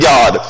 God